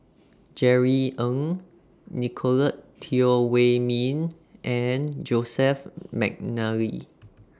Jerry Ng Nicolette Teo Wei Min and Joseph Mcnally